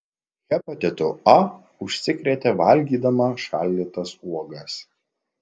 hepatitu a užsikrėtė valgydama šaldytas uogas